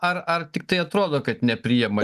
ar ar tiktai atrodo kad nepriima